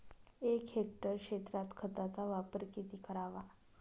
एक हेक्टर क्षेत्रात खताचा वापर किती करावा?